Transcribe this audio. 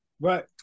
Right